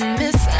miss